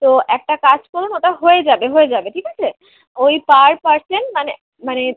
তো একটা কাজ করুন ওটা হয়ে যাবে হয়ে যাবে ঠিক আছে ওই পার পারসেন মানে মানে